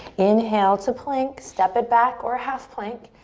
inhale to plank. step it back or half plank.